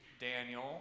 Daniel